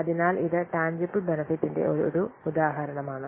അതിനാൽ ഇത് ടാൻജിബിൽ ബെനെഫിട്ടിന്റെ ഒരു ഉദാഹരണമാണ്